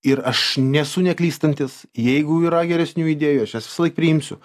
ir aš nesu neklystantis jeigu yra geresnių idėjų aš jas visąlaik priimsiu